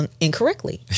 incorrectly